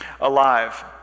alive